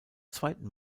zweiten